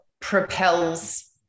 propels